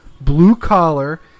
blue-collar